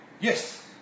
Yes